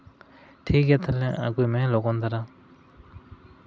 ᱴᱷᱤᱠ ᱜᱮᱭᱟ ᱛᱟᱦᱞᱮ ᱟᱹᱜᱩᱭ ᱢᱮ ᱞᱚᱜᱚᱱ ᱫᱷᱟᱨᱟ